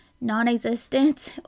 non-existent